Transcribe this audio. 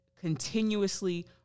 continuously